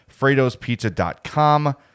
Fredo'sPizza.com